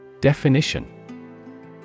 Definition